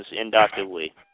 inductively